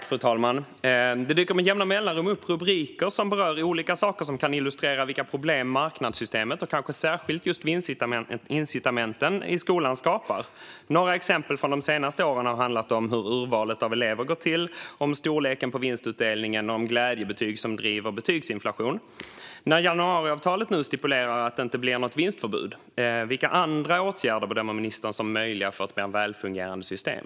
Fru talman! Det dyker med jämna mellanrum upp rubriker som kan illustrera vilka problem marknadssystemet och kanske särskilt just vinstincitamenten i skolan skapar. Några exempel från de senaste åren har handlat om hur urvalet av elever går till, om storleken på vinstutdelningen och om glädjebetyg som driver betygsinflation. När januariavtalet nu stipulerar att det inte blir något vinstförbud, vilka andra åtgärder bedömer ministern som möjliga för vi ska få ett välfungerande system?